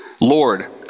Lord